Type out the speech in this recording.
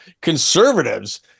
conservatives